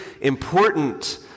important